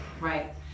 right